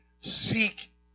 seek